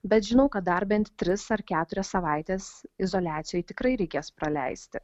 bet žinau kad dar bent tris ar keturias savaites izoliacijoj tikrai reikės praleisti